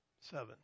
seven